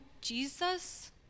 Jesus